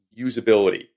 usability